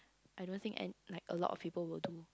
I don't think an like a lot of people will do